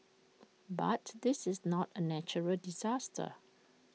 but this is not A natural disaster